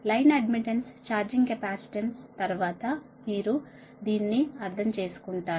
line admittance charging capacitance తరువాత మీరు దీన్ని అర్థం చేసుకుంటారు